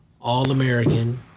all-American